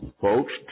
folks